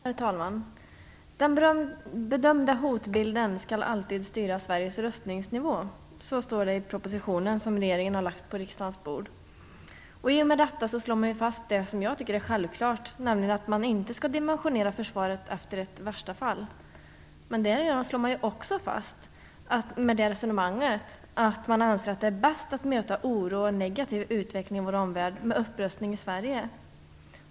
Herr talman! Den bedömda hotbilden skall alltid styra Sveriges rustningsnivå. Så står det i propositionen som regeringen har lagt på riksdagens bord. I och med detta slår man fast det som jag tycker är självklart, nämligen att man inte skall dimensionera försvaret efter ett värsta fall. Men med det resonemanget slår man också fast att det är bäst att möta oro och en negativ utveckling i vår omvärld med upprustning i Sverige.